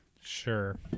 sure